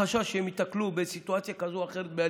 מחשש שהם ייתקלו באלימות בסיטואציה כזאת או אחרת?